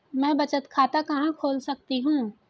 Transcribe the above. मैं बचत खाता कहां खोल सकती हूँ?